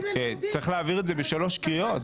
צריך להעביר את זה בשלוש קריאות.